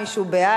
מי שהוא בעד,